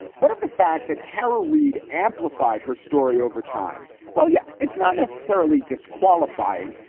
what of the fact that tara reid amplified her story over time? well, yeah, it's not necessarily disqualifying,